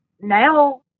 now